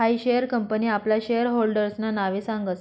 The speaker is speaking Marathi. हायी शेअर कंपनी आपला शेयर होल्डर्सना नावे सांगस